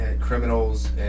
criminals